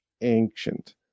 ancient